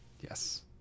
Yes